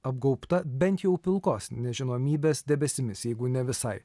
apgaubta bent jau pilkos nežinomybės debesimis jeigu ne visai